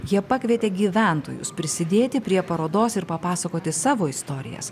jie pakvietė gyventojus prisidėti prie parodos ir papasakoti savo istorijas